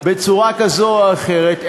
בצורה כזו או אחרת,